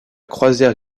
croisière